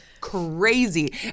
crazy